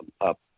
up